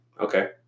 okay